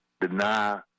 deny